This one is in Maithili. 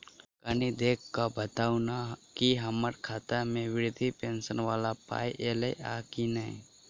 कनि देख कऽ बताऊ न की हम्मर खाता मे वृद्धा पेंशन वला पाई ऐलई आ की नहि?